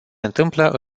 întâmplă